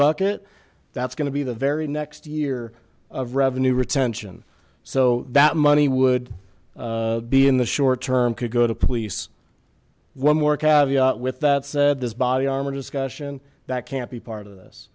bucket that's going to be the very next year of revenue retention so that money would be in the short term could go to police one more kavya with that said body armor discussion that can't be part of this